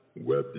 web